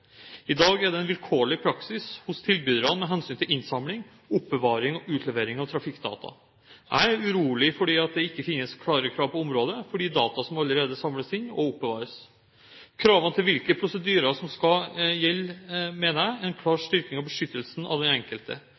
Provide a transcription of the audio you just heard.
I dag er det en vilkårlig praksis hos tilbyderne med hensyn til innsamling, oppbevaring og utlevering av trafikkdata. Jeg er urolig fordi det ikke finnes klare krav på området for de data som allerede samles inn og oppbevares. Kravene til hvilke prosedyrer som skal gjelde, mener jeg er en klar styrking av beskyttelsen av den enkelte.